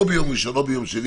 או ביום ראשון או ביום שני,